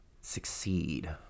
Succeed